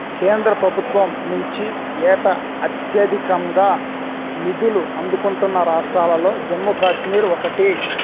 కేంద్ర ప్రభుత్వం నుంచి ఏటా అత్యధికంగా నిధులు అందుకుంటున్న రాష్ట్రాలలో జమ్మూ కాశ్మీర్ ఒకటి